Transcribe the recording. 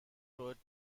growth